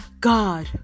God